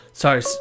Sorry